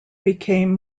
became